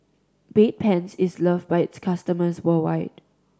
Bedpans is loved by its customers worldwide